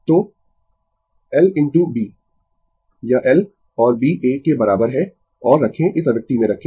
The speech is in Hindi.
तो l इनटू B यह l और B A के बराबर है और रखें इस अभिव्यक्ति में रखें